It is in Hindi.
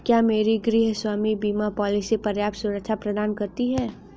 क्या मेरी गृहस्वामी बीमा पॉलिसी पर्याप्त सुरक्षा प्रदान करती है?